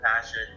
passion